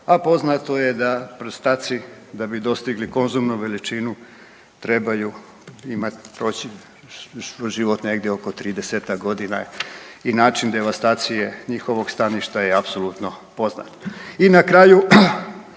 a poznato je da prstaci da bi dostigli konzumnu veličinu trebaju imati, proći kroz život negdje oko tridesetak godina i način devastacije njihovog staništa je apsolutno poznat. I na kraju,